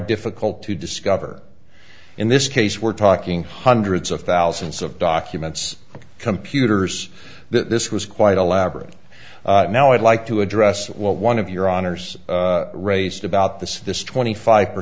difficult to discover in this case we're talking hundreds of thousands of documents computers that this was quite elaborate now i'd like to address one of your honor's raised about this this twenty five per